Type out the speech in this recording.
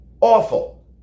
Awful